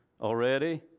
already